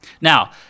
Now